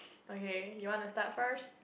okay you want to start first